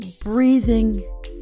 breathing